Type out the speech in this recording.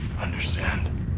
understand